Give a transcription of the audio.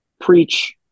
preach